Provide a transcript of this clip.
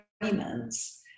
agreements